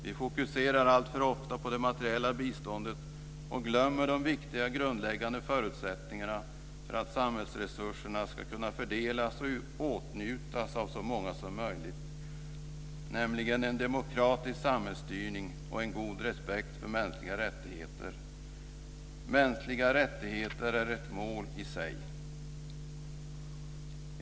Vi fokuserar alltför ofta på det materiella biståndet och glömmer de viktiga grundläggande förutsättningarna för att samhällsresurserna ska kunna fördelas och åtnjutas av så många som möjligt, nämligen en demokratisk samhällsstyrning och en god respekt för mänskliga rättigheter. Mänskliga rättigheter är ett mål i sig.